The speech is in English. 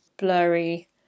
blurry